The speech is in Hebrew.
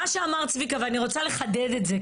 מה שאמר צביקה, ואני רוצה לחדד את זה.